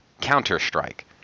Counter-Strike